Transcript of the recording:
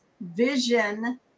vision